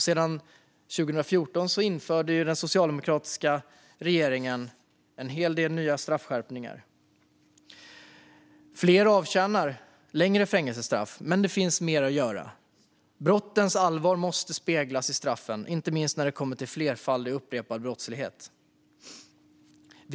Sedan 2014 har den socialdemokratiska regeringen genomfört en hel del nya straffskärpningar. Fler avtjänar längre fängelsestraff, men det finns mer att göra. Brottens allvar måste återspeglas i straffet, inte minst när det gäller flerfaldig, upprepad brottslighet.